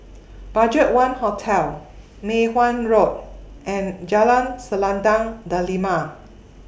BudgetOne Hotel Mei Hwan Road and Jalan Selendang Delima